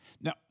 Now